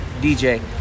DJ